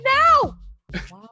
now